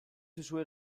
duzue